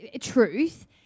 truth